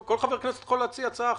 כל חבר כנסת יכול להציע הצעה אחרת.